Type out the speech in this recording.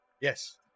yes